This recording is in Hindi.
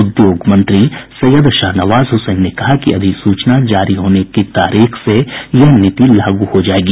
उद्योग मंत्री सैय्यद शाहनवाज हुसैन ने कहा कि अधिसूचना जारी होने की तारीख से यह नीति लागू हो जायेगी